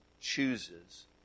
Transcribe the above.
chooses